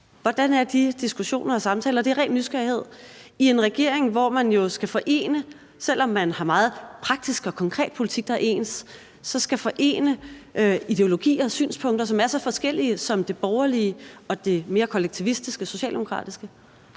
Hvordan er de diskussioner og samtaler – det er af ren nysgerrighed – i en regering, hvor man jo, selv om man har meget praktisk og konkret politik, der er ens, skal forene ideologier og synspunkter, som er så forskellige som det borgerlige og det mere kollektivistiske socialdemokratiske?